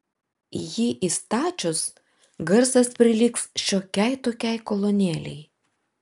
jį įstačius garsas prilygs šiokiai tokiai kolonėlei